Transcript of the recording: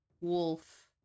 wolf